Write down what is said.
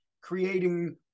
creating